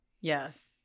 Yes